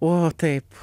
o taip